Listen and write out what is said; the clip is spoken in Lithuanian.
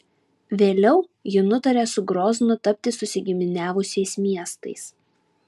vėliau ji nutarė su groznu tapti susigiminiavusiais miestais